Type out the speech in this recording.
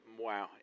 wow